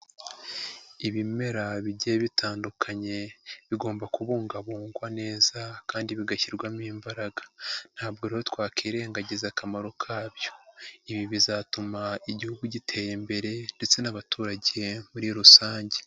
Ibimera bigiye bitandukanye bigomba kubungabungwa neza kandi bigashyirwamo imbaraga. Ntabwo rero twakirengagiza akamaro kabyo. Ibi bizatuma igihugu gitera imbere ndetse n'abaturage muri rusange.